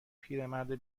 پیرمرد